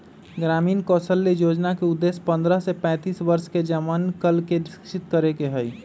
ग्रामीण कौशल्या योजना के उद्देश्य पन्द्रह से पैंतीस वर्ष के जमनकन के शिक्षित करे के हई